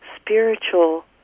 spiritual